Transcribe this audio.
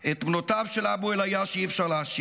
את בנותיו של אבו אל-עייש אי-אפשר להשיב.